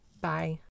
Bye